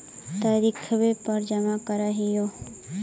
तरिखवे पर जमा करहिओ?